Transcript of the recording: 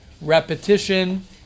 repetition